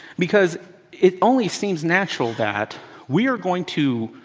because it only seems natural that we are going to